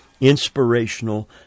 inspirational